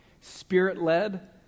Spirit-led